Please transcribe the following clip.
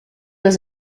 was